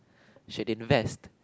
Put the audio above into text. should invest